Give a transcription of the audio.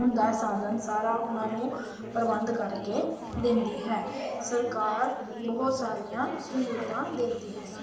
ਹੁੰਦਾ ਸਾਧਨ ਸਾਰਾ ਉਹਨਾਂ ਨੂੰ ਪ੍ਰਬੰਧ ਕਰਕੇ ਦਿੰਦੀ ਹੈ ਸਰਕਾਰ ਬਹੁਤ ਸਾਰੀਆਂ ਸਹੂਲਤਾਂ ਦਿੰਦੀ ਹੈ